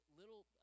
little